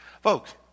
Folks